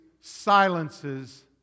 silences